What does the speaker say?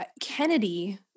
Kennedy